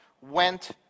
went